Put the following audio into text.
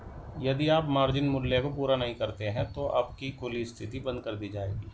यदि आप मार्जिन मूल्य को पूरा नहीं करते हैं तो आपकी खुली स्थिति बंद कर दी जाएगी